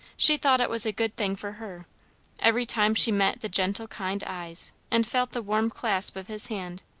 she thought it was a good thing for her every time she met the gentle kind eyes and felt the warm clasp of his hand,